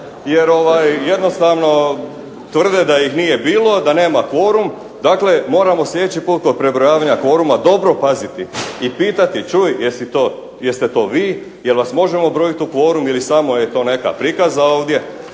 jer jednostavno tvrde da ih nije bilo, da nema kvorum, dakle moramo sljedeći put kod prebrojavanja kvoruma dobro paziti i pitati čuj jeste to vi, je li vas možemo brojiti u kvorum ili samo je to neka prikazao ovdje.